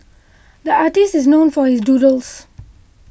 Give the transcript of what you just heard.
the artist is known for his doodles